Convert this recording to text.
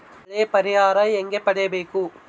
ಬೆಳೆ ಪರಿಹಾರ ಹೇಗೆ ಪಡಿಬೇಕು?